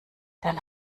dann